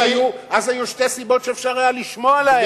אז היו שתי סיבות שאפשר היה לשמוע להם.